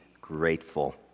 grateful